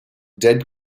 dead